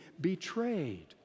betrayed